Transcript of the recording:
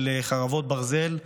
חרבות ברזל,